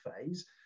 phase